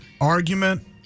argument